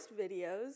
videos